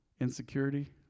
insecurity